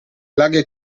laghi